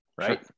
Right